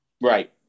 right